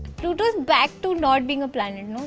pluto is back to not being a planet.